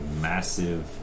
massive